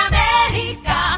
America